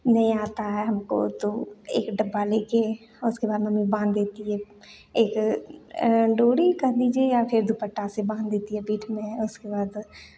नहीं आता है हमको तो एक डब्बा लेके उसके बाद मम्मी बांध देती है एक डोरी कह लीजिए या फिर दुपट्टा से बांध देती है पीठ में उसके बाद